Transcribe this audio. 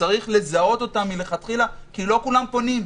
שצריך לזהות אותה מלכתחילה כי לא כולם פונים.